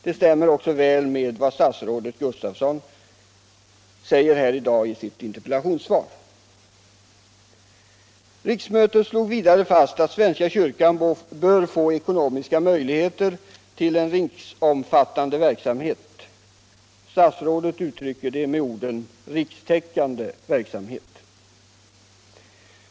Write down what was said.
Det stämmer också väl med vad statsrådet Gustafsson sade i sitt interpellationssvar. Riksmötet slog också fast att svenska kyrkan bör få ekonomiska möjligheter till en riksomfattande verksamhet. Statsrådet uttryckte detta med orden ”rikstäckande verksamhet”.